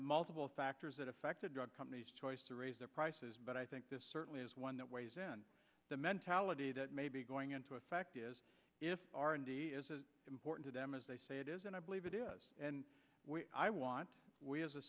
multiple factors that affect the drug companies choice to raise their prices but i think this certainly is one that weighs in the mentality that maybe going into effect is if r and d is as important to them as they say it is and i believe it is i want we as a